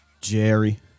Jerry